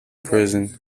prison